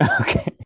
Okay